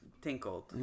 tinkled